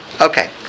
Okay